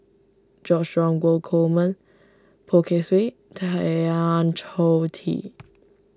George Dromgold Coleman Poh Kay Swee Tan Choh Tee